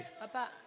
Papa